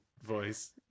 voice